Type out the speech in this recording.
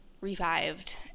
revived